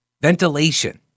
Ventilation